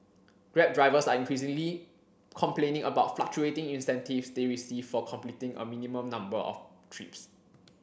grab drivers are increasingly complaining about fluctuating incentives they receive for completing a minimum number of trips